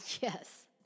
Yes